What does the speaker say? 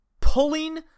pulling